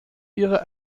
ihre